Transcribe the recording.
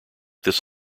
this